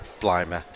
Blimey